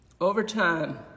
overtime